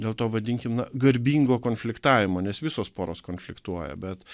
dėl to vadinkim na garbingo konfliktavimo nes visos poros konfliktuoja bet